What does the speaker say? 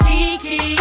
Kiki